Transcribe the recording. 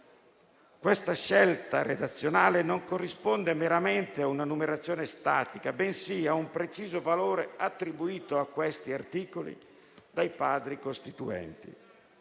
Questa scelta redazionale non corrisponde meramente ad una numerazione statica, bensì a un preciso valore attribuito ai citati articoli dai Padri costituenti.